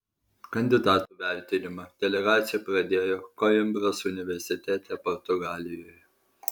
kandidatų vertinimą delegacija pradėjo koimbros universitete portugalijoje